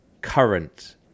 current